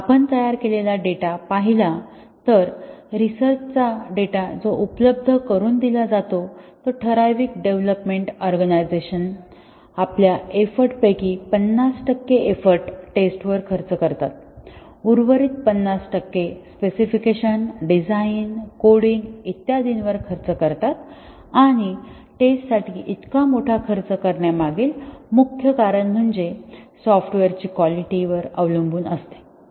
आपण तयार केलेला डेटा पाहिला तर रिसर्च चा डेटा जो उपलब्ध करून दिला जातो तो ठराविक डेव्हलोपमेंट ऑर्गनायझेशन आपल्या एफर्ट पैकी 50 टक्के एफर्ट टेस्ट वर खर्च करतात उर्वरित 50 टक्के स्पेसिफिकेशन डिझाइन कोडिंग इत्यादींवर खर्च करतात आणि टेस्ट साठी इतका मोठा खर्च करण्यामागील मुख्य कारण म्हणजे सॉफ्टवेअरची क्वालिटी अवलंबून असते